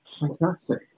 Fantastic